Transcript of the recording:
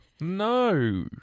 No